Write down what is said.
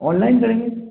online करेंगे